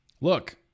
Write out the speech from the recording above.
Look